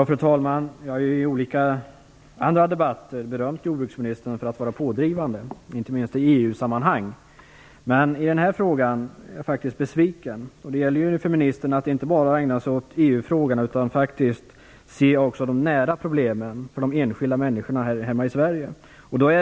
Fru talman! Jag har i olika debatter berömt jordbruksministern för att hon är pådrivande, inte minst i EU-sammanhang. Men i den här frågan är jag faktiskt besviken. Det gäller för ministern att inte bara ägna sig åt EU-frågorna utan att faktiskt också se de problem som är nära de enskilda människorna här hemma i Sverige.